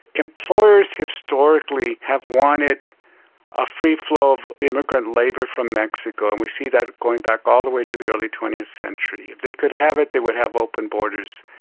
employers historically have wanted a free flow of immigrant labour from mexico, and we see that going back all the way to the early twentieth century. if they could have it they would have open borders.